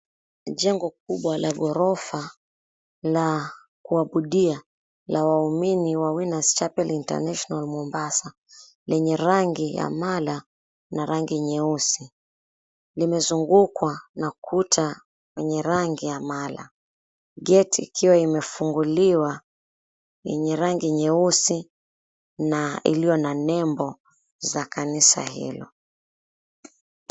Jengo kubwa la ghorofa la kuabudia la waumini wa Winners Chapel International Mombasa lenye rangi ya mala na rangi nyeusi. Limezungukwa na kuta yenye rangi ya mala, geti ikiwa imefunguliwa yenye rangi nyeusi na iliyo na nembo za kanisa hilo.